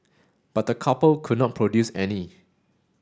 but the couple could not produce any